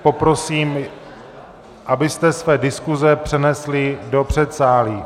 Poprosím, abyste své diskuze přenesli do předsálí!